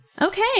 Okay